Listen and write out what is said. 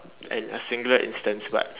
an a singular instance but